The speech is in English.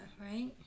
right